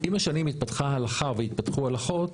עם השנים התפתחה הלכה והתפתחו הלכות